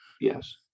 Yes